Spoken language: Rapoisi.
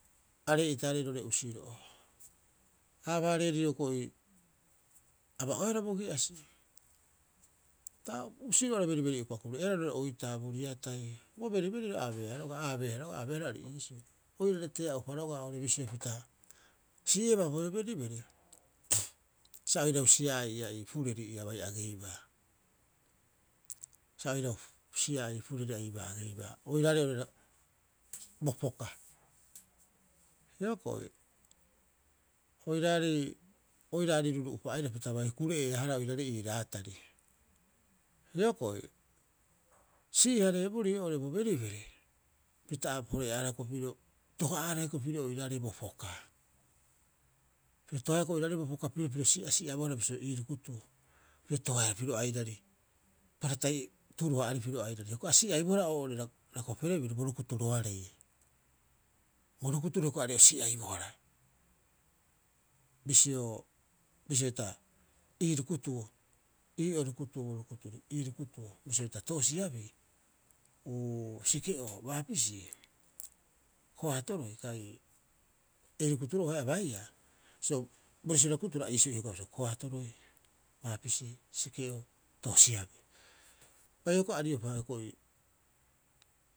Aree'itaarei roo'ore usiro'o. Ta aba- hareerii hioko'i, aba'oehara bogi'asi. Ta usiro'oaro beriberi'upa kure'eeaa roo'ore oitaa, bo riatai. Bo beriberiro a abee roga'a, a abeehara ori iisi, oirare tea'upa roga'a bisio pita si'iebaa bo beriberi, sa oirau sia'aa ii'aa ii pureri ia bai ageibaa, sa oirau sia'aa ii'aa ii pureri ia bai ageiba oiraarei oo'ore bo poka. Hioko'i oiraarei ruru'upa aira pita bai kure'ee'aahara oiraarei ii raatari. Hioko'i si'ii- hareeborii oo'ore bo beriberi, pita pore'aahara piro pita toha'aahara hioko'i pirio oiraarei bo poka. Piro tohaea oiraarei bo poka pirio piro si'asi'a bohara bisio, ii rukutuo piro tohaehara piro airari paratai tuuru- ha'aari piro airari. Hioko'i a si'abohara oo'ore rakopere biru bo rukuturoarei. Bo rukuturo hioko'i aarei o si'aibohara. Bisio, bisio hita, ii rukutuo, ii'oo rukutuo bo rukuturi, ii rukutu bisio hita, Toosiabii, uu Sike'oo, Baapisii, Koaatoroi kai ei rukutu'oo haia a baiia, bisio bo resiura rukuturo, a iisioea bisio, Koaatoroi, Baapisii, Sike'oo, Toosiabii, bai hioko'i a riopa hioko'i.